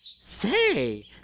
Say